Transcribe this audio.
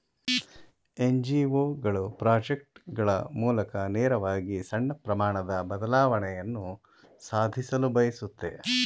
NGO ಗಳು project ಗಳ ಮೂಲಕ ನೇರವಾಗಿ ಸಣ್ಣ ಪ್ರಮಾಣದ ಬದಲಾವಣೆಯನ್ನು ಸಾಧಿಸಲು ಬಯಸುತ್ತೆ